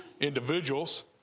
individuals